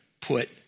put